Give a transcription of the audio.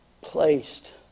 placed